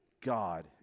God